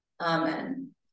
Amen